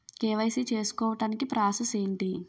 KYC చేసుకోవటానికి process ఏంటి?